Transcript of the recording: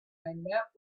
met